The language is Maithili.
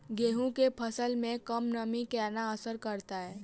गेंहूँ केँ फसल मे कम नमी केना असर करतै?